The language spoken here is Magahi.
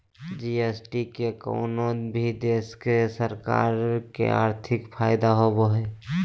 जी.एस.टी से कउनो भी देश के सरकार के आर्थिक फायदा होबो हय